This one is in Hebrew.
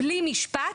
בלי משפט,